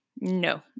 No